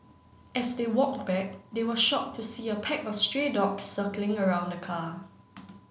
as they walked back they were shocked to see a pack of stray dogs circling around the car